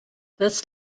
this